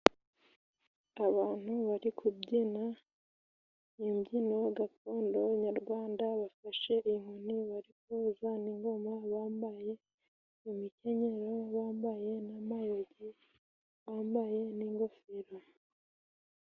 Abantu bari kubyina imbyino gakondo Nyarwanda, bafashe inkoni bari kuvuza n'ingoma bambaye imikenyero, bambaye n'amarogi, bambaye n'ingofero.